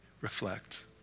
reflect